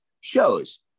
shows